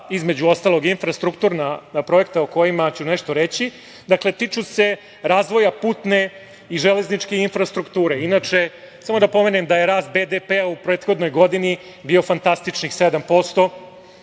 između ostalog, infrastrukturna projekta o kojima ću nešto reći. Dakle, tiču se razvoja putne i železničke infrastrukture. Inače, samo da pomenem da je rast BDP u prethodnoj godini bio fantastičnih 7%